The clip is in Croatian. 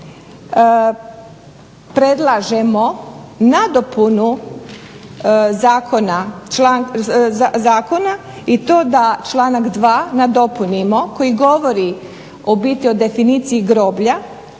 predlažemo nadopunu zakona i to da članak 2. nadopunimo, koji govori u biti o definiciji groblja,